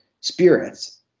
spirits